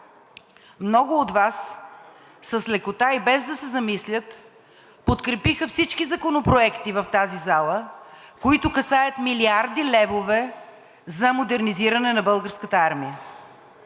много от Вас с лекота и без да се замислят подкрепиха всички законопроекти в тази зала, които касаят милиарди левове за модернизиране на българската армия.